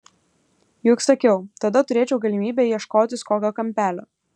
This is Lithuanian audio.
juk sakiau tada turėčiau galimybę ieškotis kokio kampelio